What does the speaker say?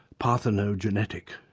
parthenogenetic.